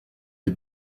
des